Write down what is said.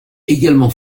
également